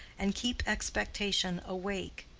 and keep expectation awake.